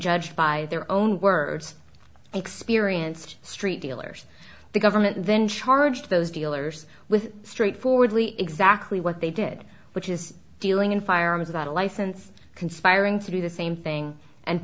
judged by their own words experienced street dealers the government then charged those dealers with straightforwardly exactly what they did which is dealing in firearms about a license conspiring to do the same thing and